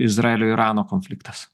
izraelio irano konfliktas